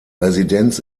residenz